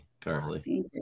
currently